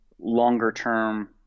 longer-term